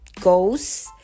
goes